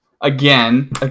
Again